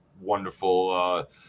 wonderful